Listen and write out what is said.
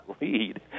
lead